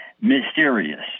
mysterious